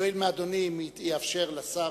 יואיל נא אדוני לאפשר לשר.